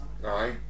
right